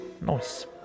Nice